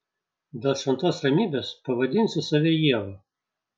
dėl šventos ramybės pavadinsiu save ieva